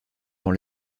dans